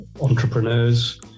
entrepreneurs